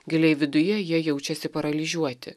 giliai viduje jie jaučiasi paralyžiuoti